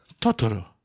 Totoro